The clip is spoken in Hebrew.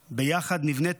ביחד נבנה יישובים,